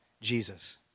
Jesus